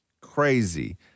Crazy